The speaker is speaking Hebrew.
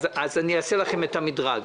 אז אעשה לכם את המדרג.